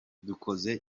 dukoze